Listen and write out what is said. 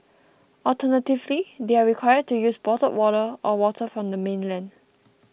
alternatively they are required to use bottled water or water from the mainland